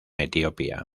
etiopía